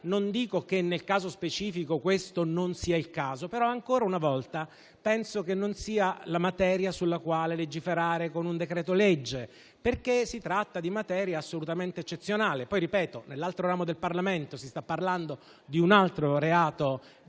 Non dico che nello specifico questo non sia il caso, ma ancora una volta penso che non sia materia sulla quale legiferare con un decreto-legge, perché si tratta di materia assolutamente eccezionale. Se si aggiunge che nell'altro ramo del Parlamento si sta parlando di un altro reato di tipo